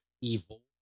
evil